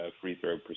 free-throw